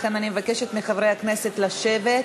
לכן אני מבקשת מחברי הכנסת לשבת.